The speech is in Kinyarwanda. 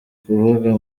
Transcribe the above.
kuvuga